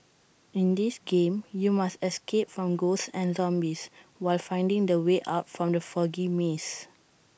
in this game you must escape from ghosts and zombies while finding the way out from the foggy maze